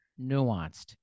nuanced